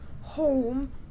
home